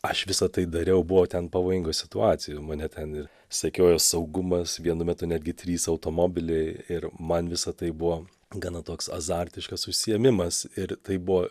aš visa tai dariau buvo ten pavojingų situacijų mane ten ir sekiojo saugumas vienu metu netgi trys automobiliai ir man visa tai buvo gana toks azartiškas užsiėmimas ir tai buvo